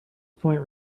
point